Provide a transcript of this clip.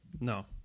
No